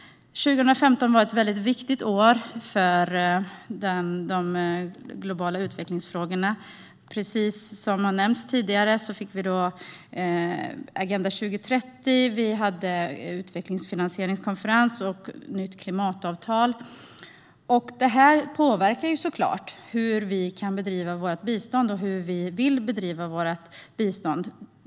2015 var ett väldigt viktigt år för de globala utvecklingsfrågorna. Som nämnts tidigare fick vi Agenda 2030, det hölls en utvecklingsfinansieringskonferens och vi fick ett nytt klimatavtal. Detta påverkar såklart hur vi kan och vill bedriva vårt biståndsarbete.